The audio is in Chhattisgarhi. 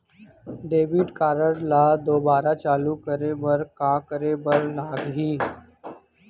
डेबिट कारड ला दोबारा चालू करे बर का करे बर लागही?